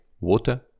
water